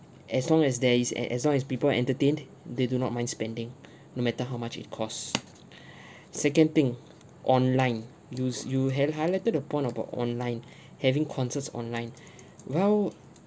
as long as there is and as long as people are entertained they do not mind spending no matter how much it costs second thing online you s~ you had highlighted a point about online having concerts online well